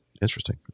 Interesting